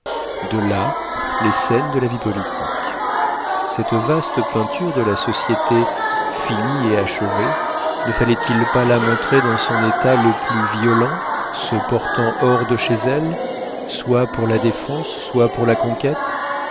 de là les scènes de la vie politique cette vaste peinture de la société finie et achevée ne fallait-il pas la montrer dans son état le plus violent se portant hors de chez elle soit pour la défense soit pour la conquête